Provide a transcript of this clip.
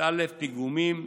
פיגומים,